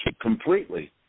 completely